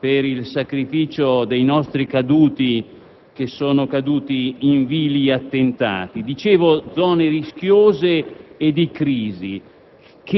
Grazie,